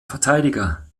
verteidiger